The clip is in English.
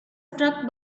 struck